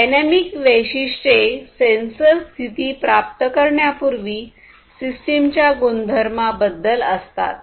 dynamic वैशिष्ट्ये sensor स्थिती प्राप्त करण्यापूर्वी सिस्टीम च्या गुणधर्माबद्दल असतात